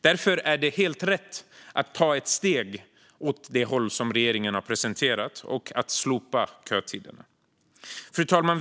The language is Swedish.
Därför är det helt rätt att ta ett steg åt det håll som regeringen har presenterat och att slopa kötiden. Fru talman!